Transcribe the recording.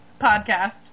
podcast